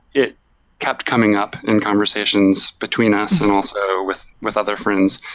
it kept coming up in conversations between us and also with with other friends.